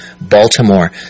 Baltimore